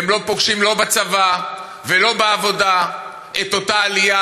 הם לא פוגשים לא בצבא ולא בעבודה את אותה עלייה,